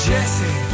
Jesse